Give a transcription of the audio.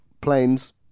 planes